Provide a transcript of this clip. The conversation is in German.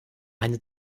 eine